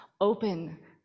open